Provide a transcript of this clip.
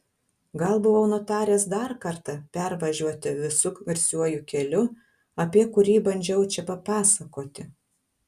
gal buvau nutaręs dar kartą pervažiuoti visu garsiuoju keliu apie kurį bandžiau čia papasakoti